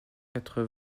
quatre